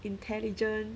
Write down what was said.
intelligent